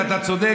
ואתה צודק,